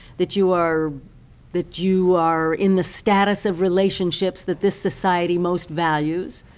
that you are that you are in the status of relationships that this society most values,